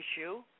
issue